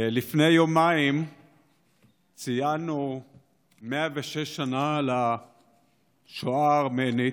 לפני יומיים ציינו 106 שנה לשואה הארמנית.